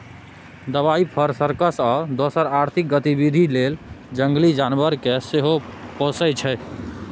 दबाइ, फर, सर्कस आ दोसर आर्थिक गतिबिधि लेल जंगली जानबर केँ सेहो पोसय छै